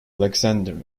alexander